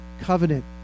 covenant